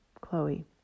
Chloe